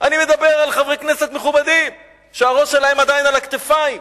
אני מדבר על חברי כנסת מכובדים שהראש שלהם עדיין על הכתפיים,